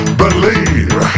believe